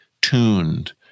tuned